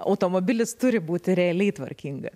automobilis turi būti realiai tvarkinga